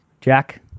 Jack